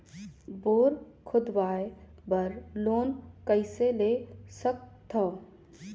Bore खोदवाय बर loan कइसे ले सकथव?